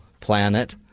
planet